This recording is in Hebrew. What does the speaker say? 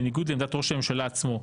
בניגוד לעמדת ראש הממשלה עצמו,